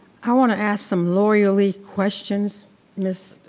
i wanna ask some lawyerly questions ms.